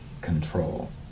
control